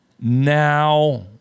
Now